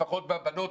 לפחות בבנות,